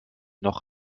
noch